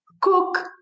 cook